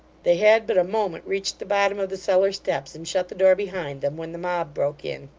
they had but a moment reached the bottom of the cellar-steps and shut the door behind them, when the mob broke in.